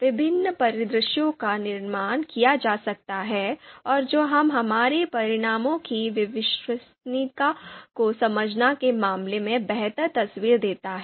विभिन्न परिदृश्यों का निर्माण किया जा सकता है और जो हमें हमारे परिणामों की विश्वसनीयता को समझने के मामले में बेहतर तस्वीर देता है